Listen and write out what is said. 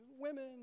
women